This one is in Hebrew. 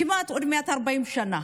כמעט, עוד מעט, 40 שנה,